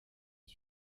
est